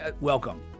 welcome